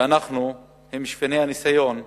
ואנחנו שפני הניסיון שלו.